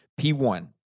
P1